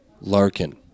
Larkin